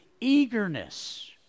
eagerness